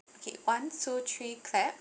okay one two three clap